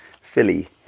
Philly